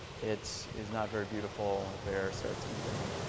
it is not very beautiful when a bear starts eating